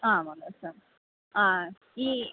ആ വന്നോ സാർ ആ ഈ